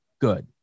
good